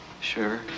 Sure